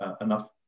enough